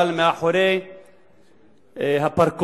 אבל מאחורי הפרגודים,